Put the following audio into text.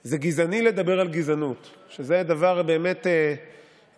זה גזעני לדבר על גזענות, שזה דבר באמת מפליא.